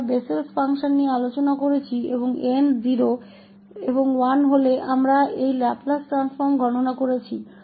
हमने बेसेल के कार्य पर चर्चा की है और हमने मामले के लिए इसके लाप्लास ट्रांसफॉर्म की गणना की है जब n 0 और 1 है